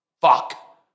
fuck